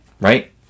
right